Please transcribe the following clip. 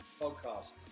Podcast